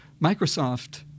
Microsoft